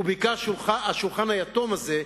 ובעיקר השולחן היתום הזה,